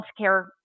healthcare